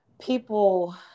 people